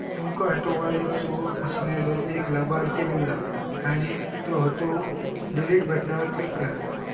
तुमका हटवायचो असलेलो एक लाभार्थी निवडा आणि त्यो हटवूक डिलीट बटणावर क्लिक करा